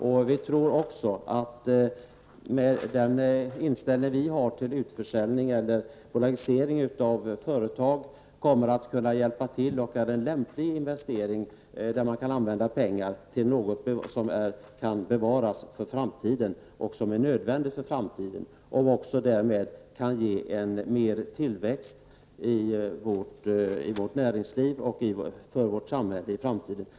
Med vår inställning till bolagisering och utförsäljning av företag tror vi att sådana åtgärder är en lämplig investering och att man kan använda pengarna till något som kan bevaras för framtiden. Det är nödvändigt inför framtiden och därmed kan det också bidra till ökad tillväxt i vårt näringsliv och samhälle i framtiden.